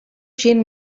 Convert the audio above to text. jean